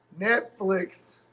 Netflix